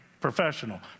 professional